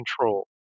control